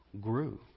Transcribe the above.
grew